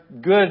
good